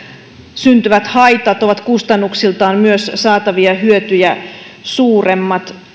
syntyvät haitat ovat myös kustannuksiltaan saatavia hyötyjä suuremmat